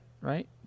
right